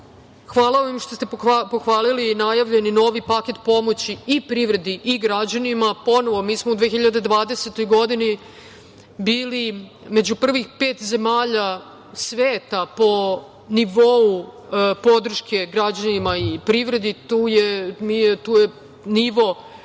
vam što ste pohvalili najavljeni novi paket pomoći i privredi i građanima. Mi smo u 2020. godini bili među prvih pet zemalja sveta po nivou podrške građanima i privredi. Tu je nivo